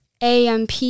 AMP